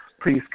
please